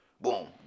boom